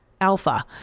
alpha